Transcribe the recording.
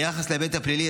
ביחס להיבט הפלילי,